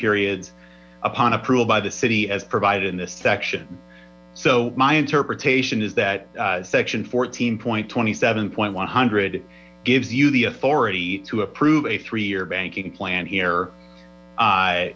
periods upon approval by the city as provided in this section so my interpretation is that section fourteen point twenty seven point one hundred gives you the authority to approve a three year banking plan here